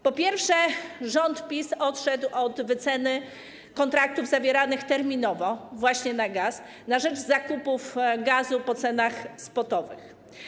Po pierwsze, rząd PiS odszedł od wyceny kontraktów zawieranych terminowo, właśnie na gaz, na rzecz zakupów gazu po cenach SPOT-owych.